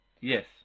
Yes